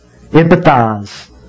Empathize